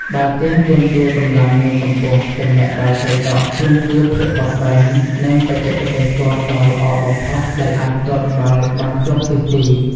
បាល់ទះទាមទារកម្លាំង និងកម្ពស់ ចំណែកបាល់សីដក់ទាមទារភាពបត់បែន និងបច្ចេកទេសទាត់ដ៏ល្អបំផុតដែលអាចទាត់បាល់បានគ្រប់ទិសទី។